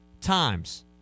times